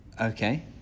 Okay